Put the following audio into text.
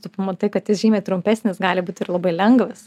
tu pamatai kad jis žymiai trumpesnis gali būt ir labai lengvas